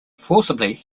forcibly